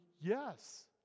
yes